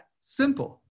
simple